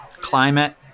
climate